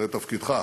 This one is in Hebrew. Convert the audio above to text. זה תפקידך.